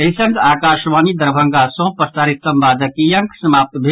एहि संग आकाशवाणी दरभंगा सँ प्रसारित संवादक ई अंक समाप्त भेल